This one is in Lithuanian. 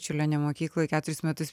čiurlionio mokykloj keturis metus